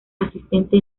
asistente